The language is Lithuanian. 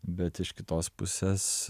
bet iš kitos pusės